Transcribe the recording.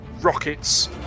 rockets